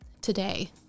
today